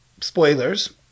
spoilers